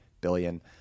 billion